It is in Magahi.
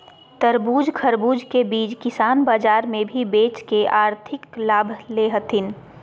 तरबूज, खरबूज के बीज किसान बाजार मे भी बेच के आर्थिक लाभ ले हथीन